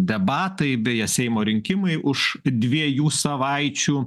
debatai beje seimo rinkimai už dviejų savaičių